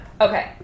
okay